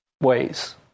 ways